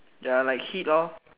ya like heat lor